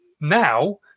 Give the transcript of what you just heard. now